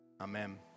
Amen